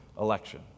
election